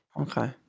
Okay